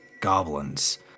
goblins